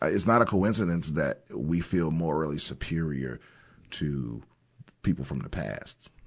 ah it's not a coincidence that we feel morally superior to people from the past,